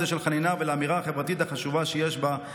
של חנינה ולאמירה החברתית החשובה שיש בה,